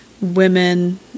women